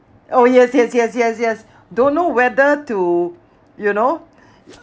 oh yes yes yes yes yes don't know whether to you know